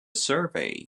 survey